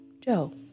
Joe